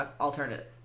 alternative